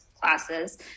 classes